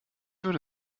würde